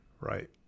Right